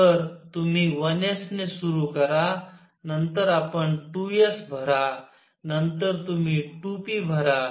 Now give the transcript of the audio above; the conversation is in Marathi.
तर तुम्ही 1s ने सुरू करा नंतर आपण 2 s भरा नंतर तुम्ही 2 p भरा